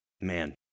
Man